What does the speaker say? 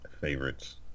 Favorites